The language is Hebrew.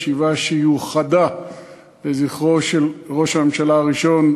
ישיבה שיוחדה לזכרו של ראש הממשלה הראשון,